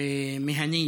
(אומר בערבית: